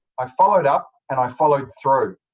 i followed up, and i followed through.